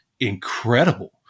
incredible